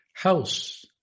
House